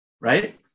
right